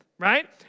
right